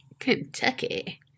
Kentucky